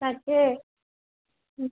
তাকে